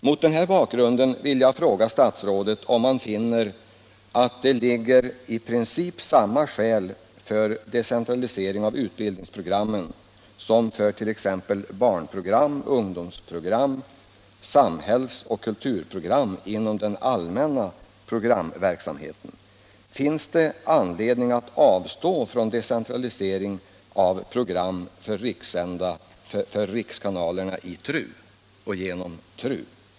Mot den här bakgrunden vill jag fråga statsrådet om han finner att det föreligger i princip samma skäl för decentralisering av utbildningsprogrammen som för t.ex. barnprogram, ungdomsprogram, samhällsoch kulturprogram inom den allmänna programverksamheten. Finns det verkligen anledning att avstå från decentralisering av program för rikskanalerna genom TRU?